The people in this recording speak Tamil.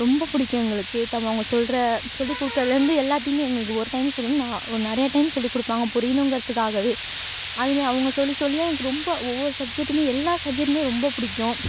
ரொம்ப பிடிக்கும் எங்களுக்கு அவங்க சொல்கிற சொல்லிக் கொடுக்கறதுலேருந்து எல்லாத்தையுமே எங்களுக்கு ஒரு டைம் சொல்லணும் நான் நிறைய டைம் சொல்லிக் கொடுப்பாங்க புரியணுங்கிறதுக்காகவே அதுமாரி அவங்க சொல்லி சொல்லியே எனக்கு ரொம்ப ஒவ்வொரு சப்ஜெட்டும் எல்லா சப்ஜெட்டும் ரொம்ப பிடிக்கும்